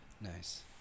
nice